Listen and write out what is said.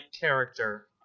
character